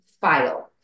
file